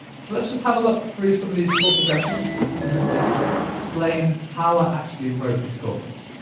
so let's just have a look through some of these chord progressions and i'm going to explain how i actually wrote these chords.